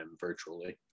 virtually